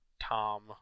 Tom